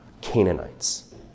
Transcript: Canaanites